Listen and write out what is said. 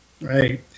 Right